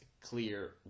clear